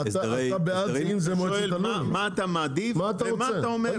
הוא שואל מה אתה מעדיף ומה אתה אומר.